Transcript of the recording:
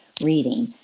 reading